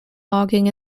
logging